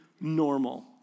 normal